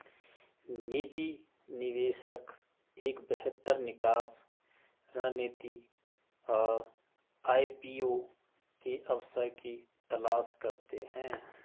निजी निवेशक एक बेहतर निकास रणनीति और आई.पी.ओ के अवसर की तलाश करते हैं